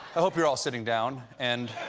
i hope you're all sitting down, and